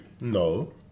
No